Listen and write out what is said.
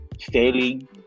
failing